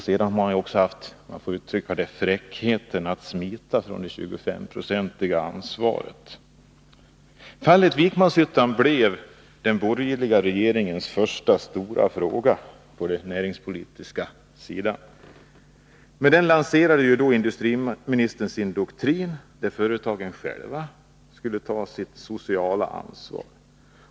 Sedan har man också haft — om jag får uttrycka det så — fräckheten att smita från det 25-procentiga ansvaret. Fallet Vikmanshyttan blev den borgerliga regeringens första stora fråga på det näringspolitiska området. Med den frågan lanserade industriministern sin doktrin, där företagen själva skulle ta sitt sociala ansvar.